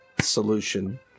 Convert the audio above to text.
solution